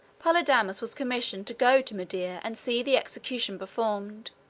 polydamas was commissioned to go to media and see the execution performed.